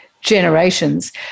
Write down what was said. generations